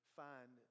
find